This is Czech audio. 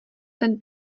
ten